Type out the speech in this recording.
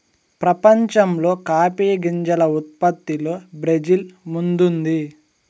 ప్రపంచంలో కాఫీ గింజల ఉత్పత్తిలో బ్రెజిల్ ముందుంది